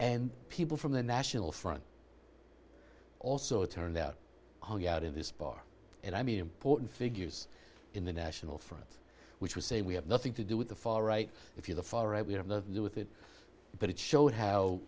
and people from the national front also it turned out hung out in this bar and i mean important figures in the national front which would say we have nothing to do with the far right if you the far right we have to do with it but it showed how